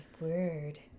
word